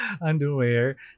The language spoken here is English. underwear